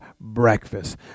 breakfast